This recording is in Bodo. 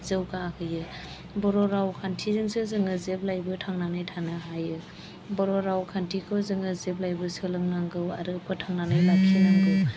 जौगाहोयो बर' रावखान्थिजोंसो जोङो जेब्लायबो थांनानै थानो हायो बर' रावखान्थिखौ जोङो जेब्लायबो सोलोंनांगौ आरो फोथांनानै लाखिनांगौ